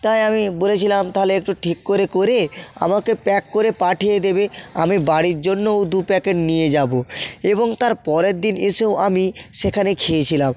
তাই আমি বলেছিলাম তাহলে একটু ঠিক করে করে আমাকে প্যাক করে পাঠিয়ে দেবে আমি বাড়ির জন্যও দু প্যাকেট নিয়ে যাবো এবং তার পরের দিন এসেও আমি সেখানে খেয়েছিলাম